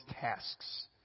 tasks